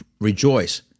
rejoice